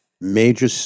Major